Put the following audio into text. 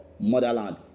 Motherland